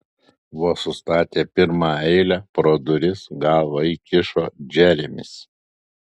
vos sustatė pirmą eilę pro duris galvą įkišo džeremis